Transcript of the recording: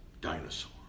dinosaur